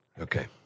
Okay